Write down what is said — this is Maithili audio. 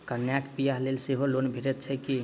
कन्याक बियाह लेल सेहो लोन भेटैत छैक की?